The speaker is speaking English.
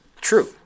True